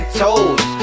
toes